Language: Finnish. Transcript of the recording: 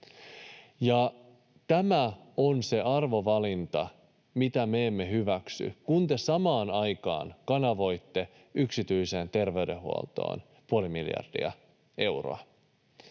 Tämä on se arvovalinta, mitä me emme hyväksy, kun te samaan aikaan kanavoitte yksityiseen terveydenhuoltoon puoli miljardia euroa.